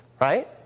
Right